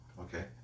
Okay